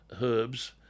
herbs